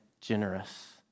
generous